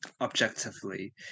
objectively